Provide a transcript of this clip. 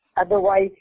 otherwise